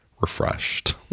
refreshed